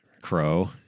Crow